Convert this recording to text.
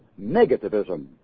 negativism